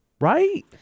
Right